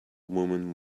woman